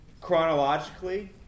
chronologically